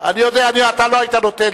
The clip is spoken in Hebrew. אני חולק עליך.